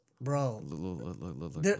Bro